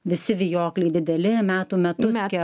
visi vijokliai dideli metų metus